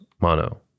mono